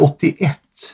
81